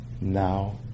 now